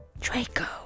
Draco